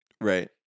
Right